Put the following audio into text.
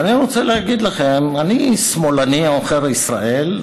אני רוצה להגיד לכם: אני שמאלני עוכר ישראל,